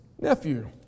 nephew